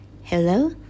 hello